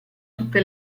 tutte